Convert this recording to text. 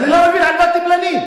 אני לא מבין על מה אתם מלינים.